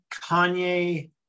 Kanye